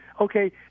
Okay